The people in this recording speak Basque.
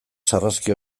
sarraski